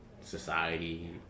society